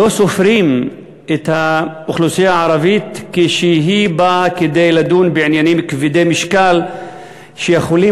לא סופרת את האוכלוסייה הערבית כשהיא באה לדון בעניינים כבדי-משקל שיכולים